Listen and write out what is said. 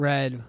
Red